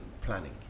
planning